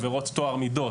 עבירות טוהר מידות.